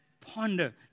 ponder